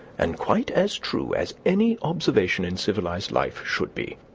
and quite as true as any observation in civilised life should be.